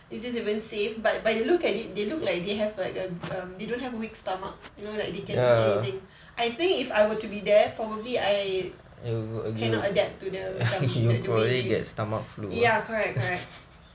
is it even safe but but you look at it they look like they have like a a um they don't have weak stomach you know like they can eat anything I think if I were to be there probably I cannot adapt to them kan the way they eat ya correct correct